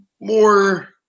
more